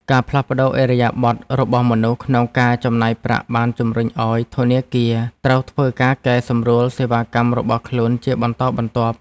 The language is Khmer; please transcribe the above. ការផ្លាស់ប្តូរឥរិយាបថរបស់មនុស្សក្នុងការចំណាយប្រាក់បានជំរុញឱ្យធនាគារត្រូវធ្វើការកែសម្រួលសេវាកម្មរបស់ខ្លួនជាបន្តបន្ទាប់។